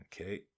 Okay